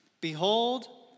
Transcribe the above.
Behold